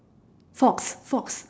fox fox